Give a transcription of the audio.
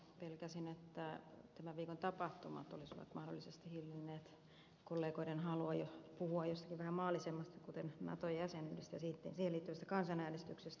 pelkäsin että tämän viikon tapahtumat olisivat mahdollisesti hillinneet kollegoiden halua jo puhua jostakin vähän maallisemmasta kuten nato jäsenyydestä ja siihen liittyvästä kansanäänestyksestä